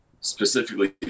specifically